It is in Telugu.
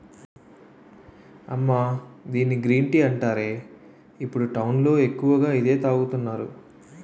అమ్మా దీన్ని గ్రీన్ టీ అంటారే, ఇప్పుడు టౌన్ లో ఎక్కువగా ఇదే తాగుతున్నారు